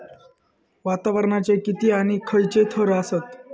वातावरणाचे किती आणि खैयचे थर आसत?